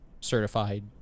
certified